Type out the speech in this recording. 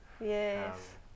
Yes